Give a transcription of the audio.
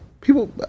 People